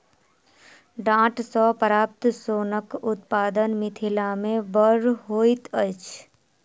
डांट सॅ प्राप्त सोनक उत्पादन मिथिला मे बड़ होइत अछि